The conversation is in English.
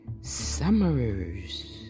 Summers